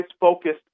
focused